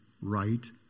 right